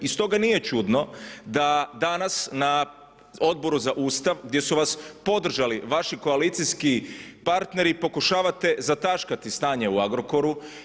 I stoga nije čudno da danas na Odboru za Ustav gdje su vas podržali vaši koalicijski partneri pokušavate zataškati stanje u Agrokoru.